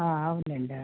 అవును లేండి